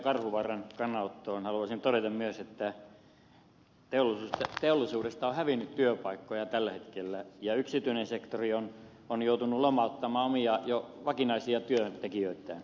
karhuvaaran kannanottoon haluaisin todeta myös että teollisuudesta on hävinnyt työpaikkoja tällä hetkellä ja yksityinen sektori on joutunut jo lomauttamaan omia vakinaisia työntekijöitään tai on vähennetty